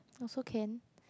also can